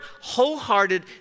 wholehearted